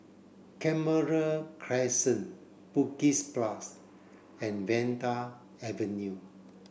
Canberra Crescent Bugis Plus and Vanda Avenue